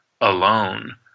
alone